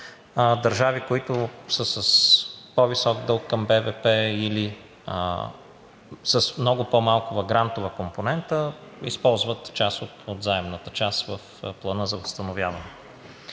Държави, които са с по-висок дълг към БВП или с много по-малко грантова компонента, използват част от заемната в Плана за възстановяване.